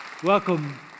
Welcome